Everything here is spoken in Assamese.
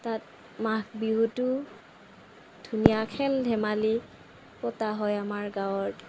তাত মাঘ বিহুতো ধুনীয়া খেল ধেমালি পতা হয় আমাৰ গাঁৱত